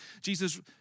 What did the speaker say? Jesus